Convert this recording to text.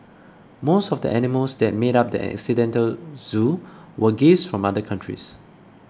most of the animals that made up the accidental zoo were gifts from other countries